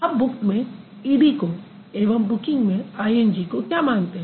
आप बुक्ड में E D को एवं बुकिंग में आईएनजी को क्या मानते हैं